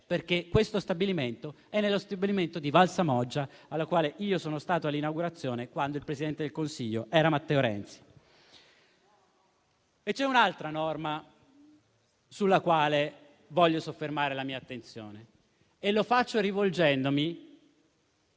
perché questo stabilimento si trova a Valsamoggia e ho presenziato alla sua inaugurazione quando il Presidente del Consiglio era Matteo Renzi. C'è un'altra norma sulla quale voglio soffermare la mia attenzione e lo faccio rivolgendomi